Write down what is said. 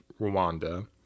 Rwanda